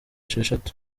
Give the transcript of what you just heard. esheshatu